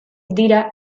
dira